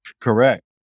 Correct